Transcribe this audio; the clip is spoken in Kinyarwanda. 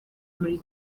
muri